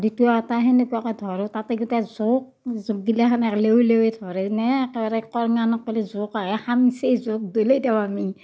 দুটা এটা তেনেকুৱাকে ধৰোঁ তাতে গোটে জোক জোক গিলাখানে লেও লেওৱেই ধৰে এনে একেবাৰে কৰঙানকলে জোক আহে খামছেই জোক দলিয়াই দিওঁ আমি